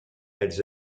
elles